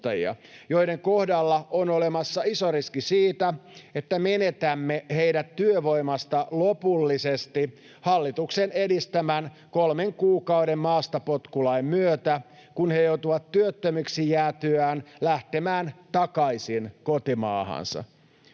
joiden kohdalla on olemassa iso riski siitä, että menetämme heidät työvoimasta lopullisesti hallituksen edistämän kolmen kuukauden maastapotkulain myötä, kun he joutuvat työttömiksi jäätyään lähtemään takaisin kotimaahansa.